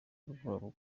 rwabo